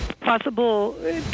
possible